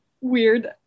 weird